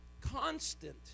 constant